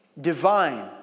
Divine